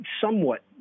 somewhat